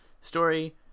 story